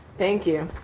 thank you.